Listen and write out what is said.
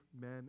men